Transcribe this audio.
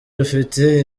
rufite